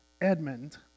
Edmund